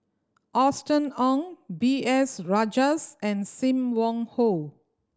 Austen Ong B S Rajhans and Sim Wong Hoo